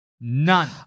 None